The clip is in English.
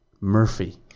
Murphy